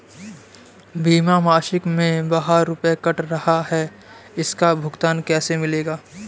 बीमा मासिक में बारह रुपय काट रहा है इसका भुगतान कैसे मिलेगा?